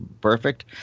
perfect